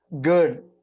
good